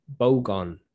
Bogon